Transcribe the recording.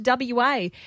WA